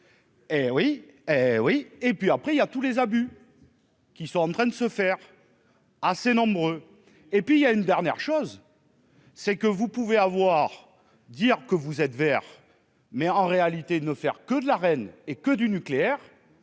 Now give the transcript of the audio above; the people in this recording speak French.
et puis après il y a tous les abus qui sont en train de se faire assez nombreux et puis il y a une dernière chose. C'est que vous pouvez avoir, dire que vous êtes Vert mais en réalité, ne faire que de la reine et que du nucléaire